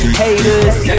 haters